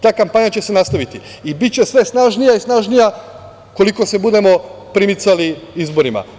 Ta kampanja će se nastaviti i biće sve snažnija i snažnija, koliko se budemo primicali izborima.